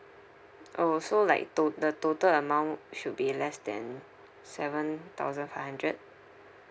oh so like tot~ the total amount should be less than seven thousand five hundred